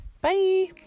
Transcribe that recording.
bye